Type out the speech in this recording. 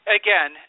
again